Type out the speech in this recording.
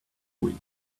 week